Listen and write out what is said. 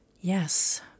Yes